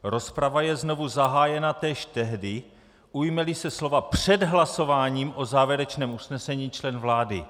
Rozprava je znovu zahájena též tehdy, ujmeli se slova před hlasováním o závěrečném usnesením člen vlády.